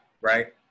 right